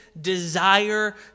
desire